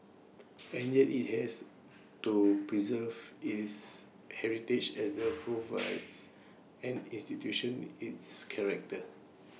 and yet IT has to preserve its heritage as that provides an institution its character